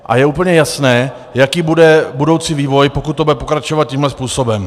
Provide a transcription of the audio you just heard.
A je úplně jasné, jaký bude budoucí vývoj, pokud to bude pokračovat tímto způsobem.